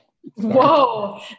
Whoa